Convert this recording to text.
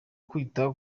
kwita